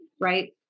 right